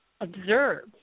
Observe